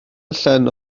allan